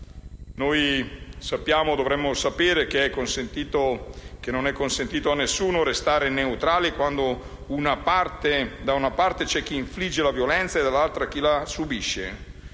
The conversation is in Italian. o dovremmo sapere che non è consentito a nessuno di restare neutrale quando da una parte c'è chi infligge la violenza e, dall'altra, chi la subisce;